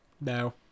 No